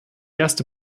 erste